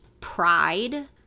pride